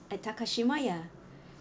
at Takashimaya